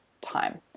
time